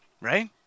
Right